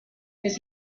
his